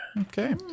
Okay